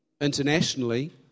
internationally